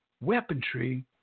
weaponry